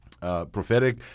Prophetic